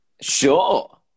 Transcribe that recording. Sure